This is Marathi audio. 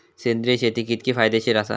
सेंद्रिय शेती कितकी फायदेशीर आसा?